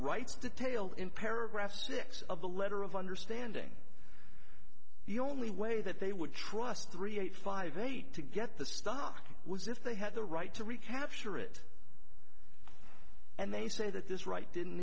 rights detail in paragraph six of the letter of understanding the only way that they would trust three eight five eight to get the stock was if they had the right to recapture it and they say that this right didn't